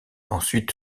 ensuite